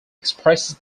expresses